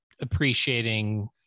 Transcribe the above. appreciating